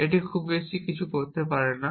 এটি খুব বেশি কিছু করতে পারে না